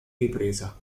ripresa